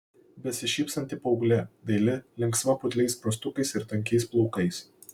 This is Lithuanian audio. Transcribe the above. besišypsanti paauglė daili linksma putliais skruostukais ir tankiais plaukais